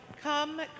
Come